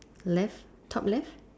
left top left